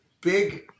big